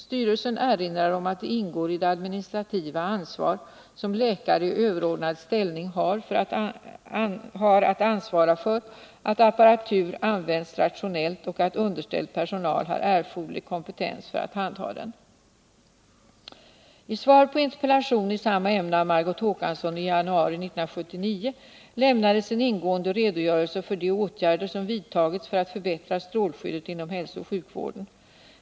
Styrelsen erinrar om att det ingår i det administrativa ansvar som läkare i överordnad ställning har att ansvara för att apparatur används rationellt och att underställd personal har erforderlig kompetens för att handha den. I svar på en interpellation i samma ämne av Margot Håkansson i januari 1979 lämnades en ingående redogörelse för de åtgärder som vidtagits för att förbättra strålskyddet inom hälsooch sjukvården.